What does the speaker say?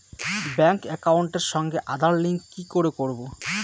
Bank একাউন্টের সঙ্গে Aadhaar link কি করে করবো?